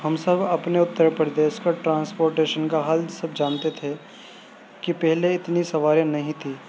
ہم سب اپنے اتّر پردیش پر ٹرانسپورٹیشن کا حال سب جانتے تھے کہ پہلے اتنی سواریاں نہیں تھیں